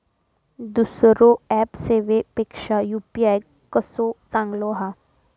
दुसरो ऍप सेवेपेक्षा यू.पी.आय कसो चांगलो हा?